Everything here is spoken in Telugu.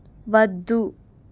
వద్దు